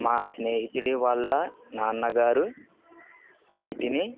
మా స్నేహితుడి వాళ్ళ నాన్నగారు వీటిని